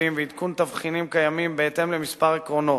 תקציבים ועדכון תבחינים קיימים בהתאם לכמה עקרונות: